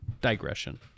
digression